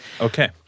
Okay